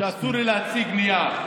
אסור לי להציג נייר,